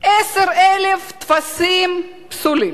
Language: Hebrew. שהיו 10,000 טפסים פסולים,